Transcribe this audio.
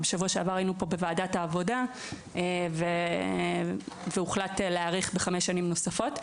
בשבוע שעבר היינו פה בוועדת העבודה והוחלט על להאריך בחמש שנים נוספות.